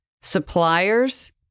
suppliers